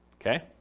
okay